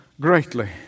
greatly